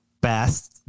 Best